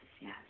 yes